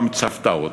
גם צבטה אותו.